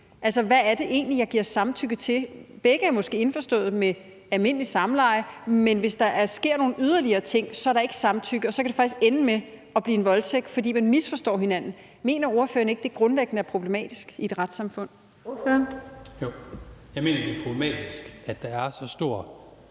Hvad er det egentlig, jeg giver samtykke til? Begge er måske indforståede med almindeligt samleje, men hvis der sker nogle yderligere ting, er der ikke samtykke, og så kan det faktisk ende med at blive en voldtægt, fordi man misforstår hinanden. Mener ordføreren ikke, at det grundlæggende er problematisk i et retssamfund? Kl. 17:13 Den fg. formand (Birgitte